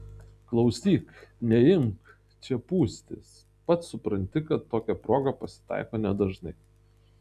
klausyk neimk čia pūstis pats supranti kad tokia proga pasitaiko nedažnai